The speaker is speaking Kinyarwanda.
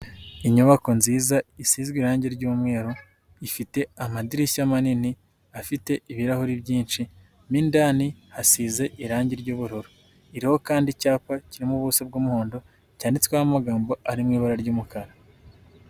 Inyubako nziza isizwe irangi ry'umweru ifite amadirishya manini afite ibirahuri byinshi mo indani hasize irangi ry'ubururu, iriho kandi icyapa kirimo ubuso bw'umuhondo cyanditsweho amagambo ari mu ibara ry'umukara.